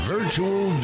Virtual